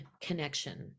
connection